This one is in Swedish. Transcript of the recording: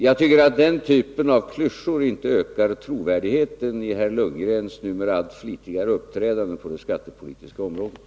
Jag tycker att den typen av klyschor inte ökar trovärdigheten i herr Lundgrens numera allt flitigare uppträdande på det skattepolitiska området.